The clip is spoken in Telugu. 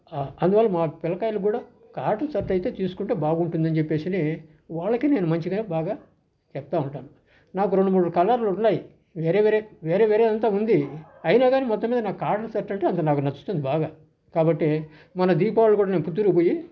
అందువల్ల మా పిలకాయలకు కూడా కాటన్ షర్ట్ అయితే తీసుకుంటే బాగుంటుందని చెప్పేసి అని వాళ్ళకే నేను మంచిగా బాగా చెప్తా ఉంటాను నాకు రెండు మూడు కలర్లు ఉన్నాయి వేరే వేరే వేరే వేరే అంతా ఉంది అయినా కానీ మొత్తం మీద నాకు కాటన్ షర్ట్ అంటే అంత నచ్చుతుంది బాగా కాబట్టి మొన్న దీపావళి కూడా పుత్తూరులో పోయి